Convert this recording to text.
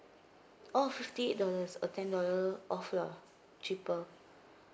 oh fifty eight dollars a ten dollar off lah cheaper